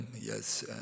yes